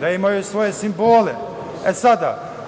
da imaju svoje simbole.